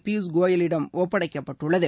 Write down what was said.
பியூஷ் கோயலிடம் ஒப்படைக்கப்பட்டுள்ளது